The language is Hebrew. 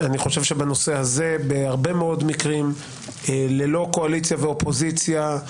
אני חושב שבנושא הזה בהרבה מאוד מקרים ללא קואליציה ואופוזיציה,